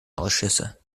ausschüsse